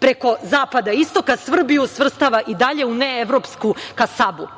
preko zapada, istoka, Srbiju svrstava i dalje u neevropsku kasabu?